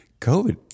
COVID